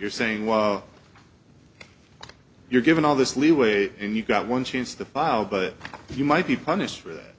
you're saying why you're given all this leeway and you've got one chance to file but you might be punished for that